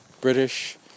British